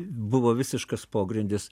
buvo visiškas pogrindis